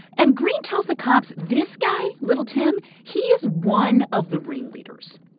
and green tells the cops, this guy, little tim, he is one of the ringleaders.